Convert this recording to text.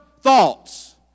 thoughts